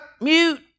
mute